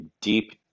deep